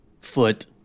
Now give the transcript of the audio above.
foot